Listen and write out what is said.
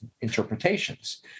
interpretations